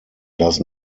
does